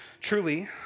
Truly